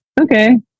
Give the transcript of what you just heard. Okay